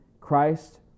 Christ